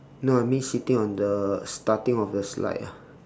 no I mean sitting on the starting of the slide ah